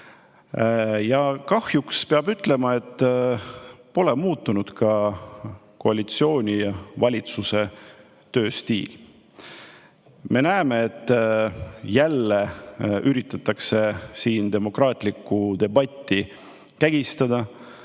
Kahjuks peab ütlema, et pole muutunud ka koalitsiooni ja valitsuse tööstiil. Me näeme, et jälle üritatakse siin demokraatlikku debatti kägistada.